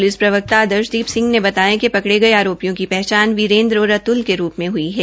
police प्रवक्ता आदर्श दीप सिंह ने बताया कि पकड़े गए आरोपियों की पहचान वीरेंद्र और अतुल के रूप मे हई है